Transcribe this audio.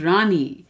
Rani